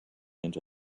into